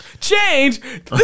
Change